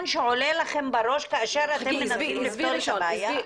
שעולה לכם בראש כאשר אתם מנסים לפתור את הבעיה?